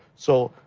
so,